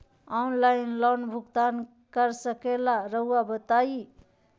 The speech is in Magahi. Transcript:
ऑनलाइन लोन भुगतान कर सकेला राउआ बताई?